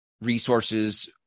resources